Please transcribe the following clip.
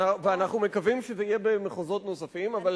ואנחנו מקווים שזה יהיה במחוזות נוספים.